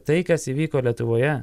tai kas įvyko lietuvoje